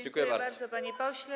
Dziękuję bardzo, panie pośle.